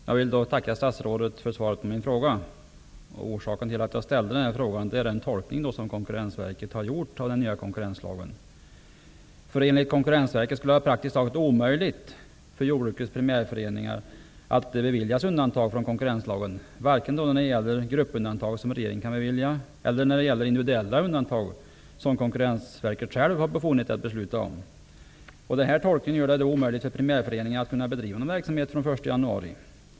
Fru talman! Jag tackar statsrådet för svaret på min fråga. Orsaken till att jag ställde den är den tolkning som Konkurrensverket har gjort av den nya konkurrenslagen. Enligt verket skulle det vara praktiskt taget omöjligt att bevilja jordbrukets primärföreningar undantag från konkurrenslagen, vare sig det gäller gruppundantag som regeringen kan bevilja eller individuella undantag som Konkurrensverket självt har befogenhet att besluta om. Denna tolkning gör det omöjligt för primärföreningarna att bedriva någon verksamhet efter den 1 januari nästa år.